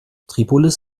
tripolis